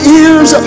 ears